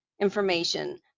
information